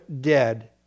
dead